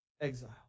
Exile